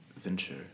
venture